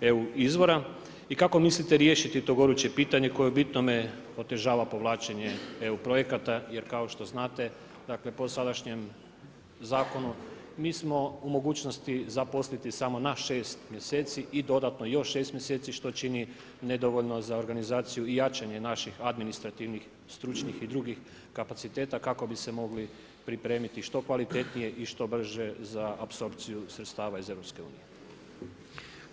EU izvora i kako mislite riješiti to goruće pitanje koje u bitnome otežava povlačenje EU projekata jer kao što znate, po sadašnjem zakonu mi smo u mogućnosti zaposliti samo na 6 mjeseci i dodatno još 6 mjeseci što čini nedovoljno za organizaciju i jačanje jačih administrativnih stručnih i drugih kapaciteta kako bi se mogli pripremiti što kvalitetnije i što brže za apsorpciju sredstava iz EU-a.